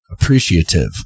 appreciative